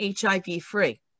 HIV-free